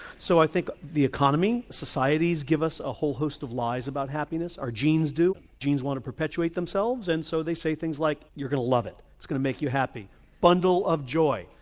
so i think the economy, societies give us a whole host of lies about happiness, our genes do, genes want to perpetuate themselves, and so they say things like you're going to love it, it's going to make you happy bundle of joy.